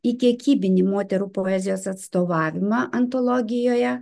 į kiekybinį moterų poezijos atstovavimą antologijoje